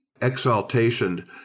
exaltation